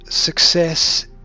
Success